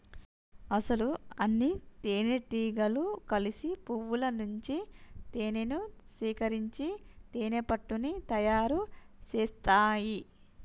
అసలు అన్నితేనెటీగలు కలిసి పువ్వుల నుంచి తేనేను సేకరించి తేనెపట్టుని తయారు సేస్తాయి